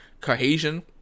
cohesion